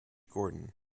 gordon